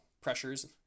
pressures